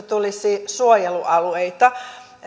tulisi suojelualueita